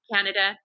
Canada